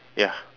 ya